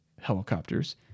helicopters